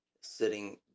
sitting